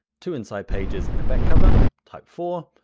two inside pages and a back cover. type four,